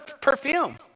perfume